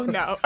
no